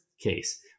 case